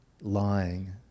lying